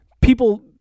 People